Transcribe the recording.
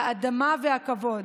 האדמה והכבוד.